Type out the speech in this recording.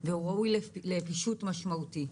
הוא ראוי לפישוט משמעותי,